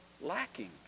lacking